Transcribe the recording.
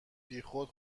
بیخود